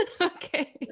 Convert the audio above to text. Okay